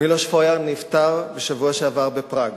מילוש פויאר נפטר בשבוע שעבר בפראג.